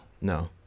No